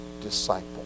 disciple